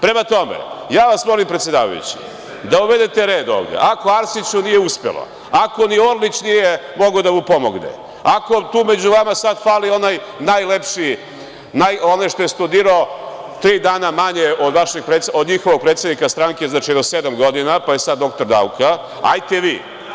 Prema tome, ja vas molim predsedavajući da uvedete red ovde. ako Arsiću nije uspelo, ako ni Orlić nije mogao da mu pomogne, ako tu među vama sada fali onaj najlepši, onaj što je studirao tri dana manje od njihovog predsednika stranke, znači jedno sedam godina, pa je sad doktor nauka, hajte vi.